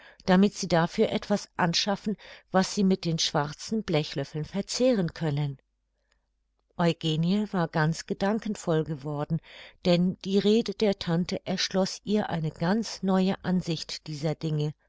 damit sie dafür etwas anschaffen was sie mit den schwarzen blechlöffeln verzehren können eugenie war ganz gedankenvoll geworden denn die rede der tante erschloß ihr eine ganz neue ansicht dieser dinge